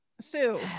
sue